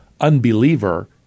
unbeliever